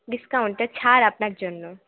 ডিসকাউন্টটা ছাড় আপনার জন্য